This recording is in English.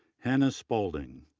hannah spaulding,